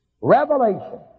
revelation